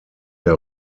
der